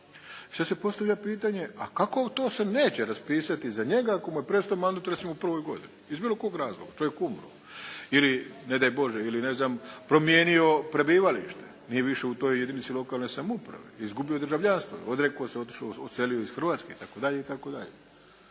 Sad se postavlja pitanje a kako to se neće raspisati za njega ako mu je prestao mandat recimo u prvoj godini, iz bilo kog razloga, čovjek je umro. Ili, ne daj Bože, ili ne znam promijenio prebivalište, nije više u toj jedinici lokalne samouprave, izgubio državljanstvo, odrekao se, otišao, odselio iz Hrvatske, itd., itd. A je